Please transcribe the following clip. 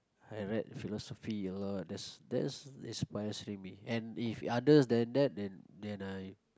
I read philosophy a lot that's that's inspiring me and if others then that and then I